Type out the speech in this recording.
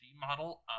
model